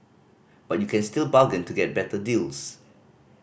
but you can still bargain to get better deals